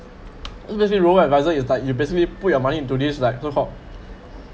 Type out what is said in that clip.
invest with robot adviser is like you basically put your money into this like so called